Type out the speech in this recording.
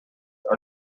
are